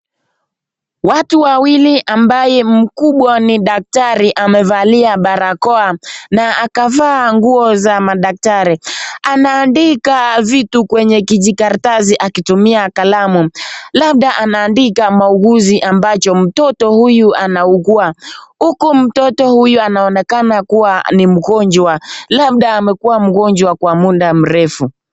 Watu wawili ambaye mkubwa ni daktari amevalia barakoa na akavaa nguo za madaktari. Anaandika vitu kwenye kijikaratasi akitumia kalamu. Labda anaandika mauguzi ambacho mtoto huyu anaugua. Huku mtoto huyu anaonekana kuwa ni mgonjwa labda amekuwa mgonjwa kwa muda mrefu.